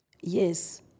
Yes